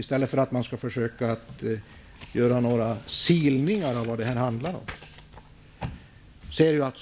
Det är de högt uppsatta byråkraterna och tjänstemännen som fattar beslut och har ansvar för beredningar.